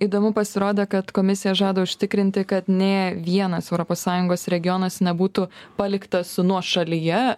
įdomu pasirodė kad komisija žada užtikrinti kad nė vienas europos sąjungos regionas nebūtų paliktas nuošalyje